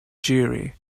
jury